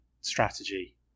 strategy